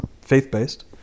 faith-based